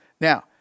Now